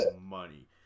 money